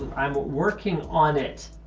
um but working on it.